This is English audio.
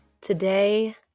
Today